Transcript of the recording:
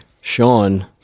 Sean